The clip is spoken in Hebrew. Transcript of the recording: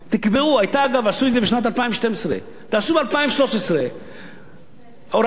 עשו את זה בשנת 2012. תעשו ב-2013 הוראת שעה של שנה,